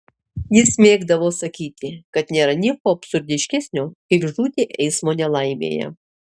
jis mėgdavo sakyti kad nėra nieko absurdiškesnio kaip žūti eismo nelaimėje